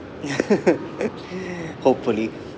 hopefully